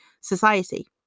society